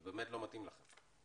באמת לא מתאים לכם.